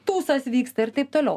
tūsas vyksta ir taip toliau